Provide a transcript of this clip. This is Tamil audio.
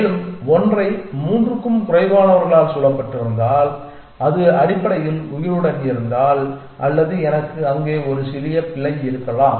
மேலும் 1 ஐ மூன்றுக்கும் குறைவானவர்களால் சூழப்பட்டிருந்தால் அது அடிப்படையில் உயிருடன் இருந்தால் அல்லது எனக்கு அங்கே ஒரு சிறிய பிழை இருக்கலாம்